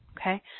okay